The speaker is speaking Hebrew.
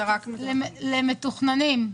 למתוכננים.